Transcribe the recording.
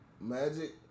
Magic